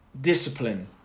Discipline